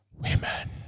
women